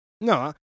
No